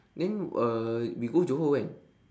then uh we go johor when